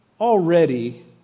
already